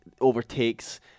overtakes